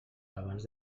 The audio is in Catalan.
abans